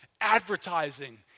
advertising